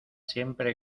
siempre